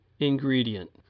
ingredient